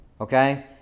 Okay